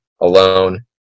alone